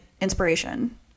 inspiration